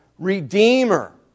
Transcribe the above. Redeemer